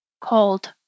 Cold